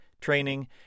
training